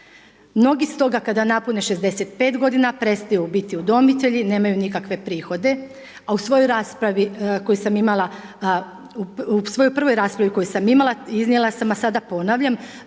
Mnogi stoga kada napune 65 godina, prestaju biti udomitelji, nemaju nikakve prihode, a u svojoj raspravi koju sam imala, u svojoj